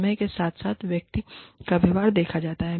समय के साथ साथ व्यक्ति का व्यवहार देखा जाता है